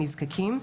לנזקקים.